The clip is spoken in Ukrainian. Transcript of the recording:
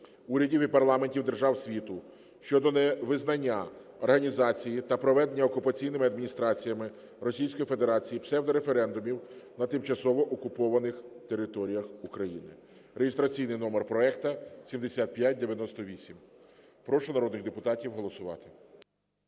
урядів і парламентів держав світу щодо невизнання організації та проведення окупаційними адміністраціями Російської Федерації псевдореферендумів на тимчасово окупованих територіях України (реєстраційний номер проекту 7598). Прошу народних депутатів голосувати.